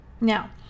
Now